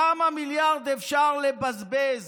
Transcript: כמה מיליארדים אפשר לבזבז